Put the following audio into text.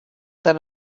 that